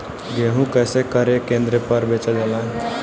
गेहू कैसे क्रय केन्द्र पर बेचल जाला?